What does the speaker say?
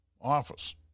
office